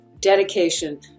dedication